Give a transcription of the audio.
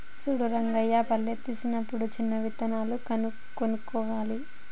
చూడు రంగయ్య పత్తేసినప్పుడు మంచి విత్తనాలు కొనుక్కోవాలి